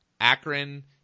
Akron